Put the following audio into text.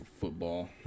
football